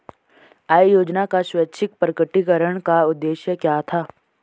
आय योजना का स्वैच्छिक प्रकटीकरण का उद्देश्य क्या था?